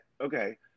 Okay